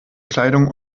kleidung